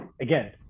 again